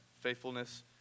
faithfulness